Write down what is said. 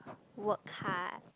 work hard